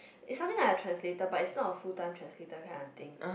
is something like a translator but it's not a full time translator kind of thing